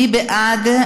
מי בעד?